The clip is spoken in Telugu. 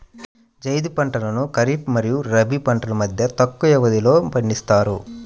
జైద్ పంటలను ఖరీఫ్ మరియు రబీ పంటల మధ్య తక్కువ వ్యవధిలో పండిస్తారు